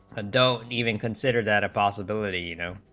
adult even consider that possibility you know